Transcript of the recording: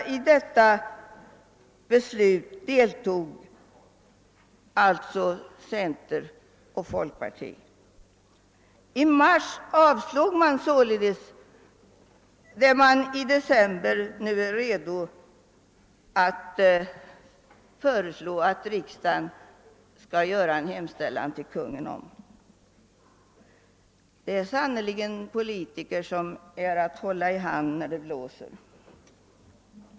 Till detta beslut bidrog alltså även centern och folkpartiet. I mars röstade dessa partiers företrädare mot det som de nu i december är redo att föreslå att riksdagen i en skrivelse till Konungen skall hemställa om. Det är sannerligen politiker som duger att hålla i handen när det blåser!